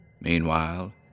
Meanwhile